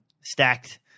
stacked